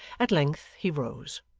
at length he rose.